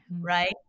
right